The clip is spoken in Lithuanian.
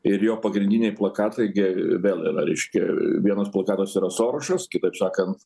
ir jo pagrindiniai plakatai gi vėl yra reiškia vienas plakatas yra sorašas kitaip sakant